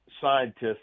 scientists